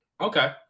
okay